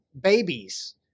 babies